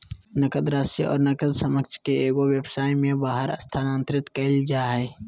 नकद राशि और नकद समकक्ष के एगो व्यवसाय में बाहर स्थानांतरित कइल जा हइ